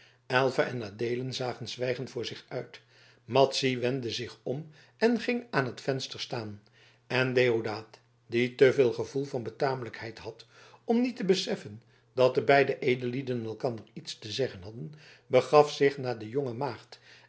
aylva en adeelen zagen zwijgend voor zich uit madzy wendde zich om en ging aan het venster staan en deodaat die te veel gevoel van betamelijkheid had om niet te beseffen dat de beide edellieden elkander iets te zeggen hadden begaf zich naar de jonge maagd